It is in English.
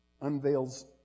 unveils